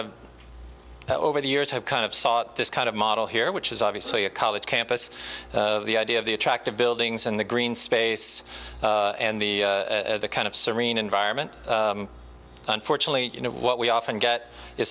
of over the years have kind of sought this kind of model here which is obviously a college campus the idea of the attractive buildings and the green space and the kind of serene environment unfortunately you know what we often get i